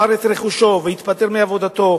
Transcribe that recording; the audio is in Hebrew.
מכר את רכושו והתפטר מעבודתו.